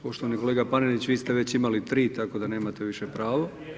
Poštovani kolega Panenić, vi ste već imali 3 tako da nemate više pravo.